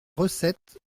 recette